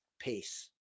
Peace